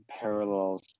parallels